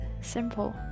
simple